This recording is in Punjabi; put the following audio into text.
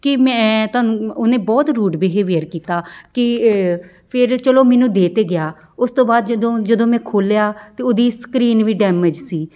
ਕਿ ਮੈਂ ਤੁਹਾਨੂੰ ਉਹਨੇ ਬਹੁਤ ਰੂੜ ਬਿਹੇਵੀਅਰ ਕੀਤਾ ਕਿ ਫਿਰ ਚਲੋ ਮੈਨੂੰ ਦੇ ਤਾਂ ਗਿਆ ਉਸ ਤੋਂ ਬਾਅਦ ਜਦੋਂ ਜਦੋਂ ਮੈਂ ਖੋਲ੍ਹਿਆ ਤਾਂ ਉਹਦੀ ਸਕਰੀਨ ਵੀ ਡੈਮੇਜ ਸੀ